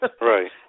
Right